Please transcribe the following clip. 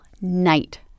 night